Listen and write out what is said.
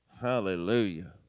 Hallelujah